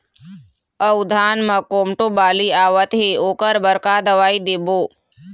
अऊ धान म कोमटो बाली आवत हे ओकर बर का दवई देबो?